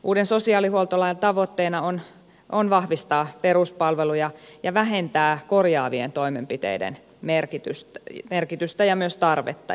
uuden sosiaalihuoltolain tavoitteena on vahvistaa peruspalveluja ja vähentää korjaavien toimenpiteiden merkitystä ja myös tarvetta